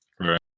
Right